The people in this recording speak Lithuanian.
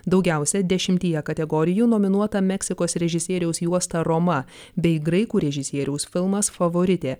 daugiausiai dešimtyje kategorijų nominuota meksikos režisieriaus juosta roma bei graikų režisieriaus filmas favoritė